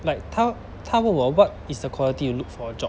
like 他他问我 what is the quality you look for a job